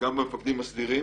וגם בקרב המפקדים הסדירים.